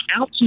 out